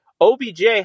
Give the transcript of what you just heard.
OBJ